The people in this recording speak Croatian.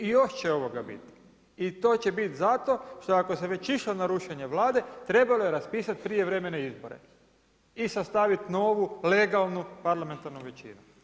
I još će ovoga biti i to će biti zato što ako se već išlo na rušenje Vlade trebalo je raspisati prijevremene izbore i sastaviti novu legalnu parlamentarnu većinu.